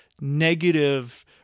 negative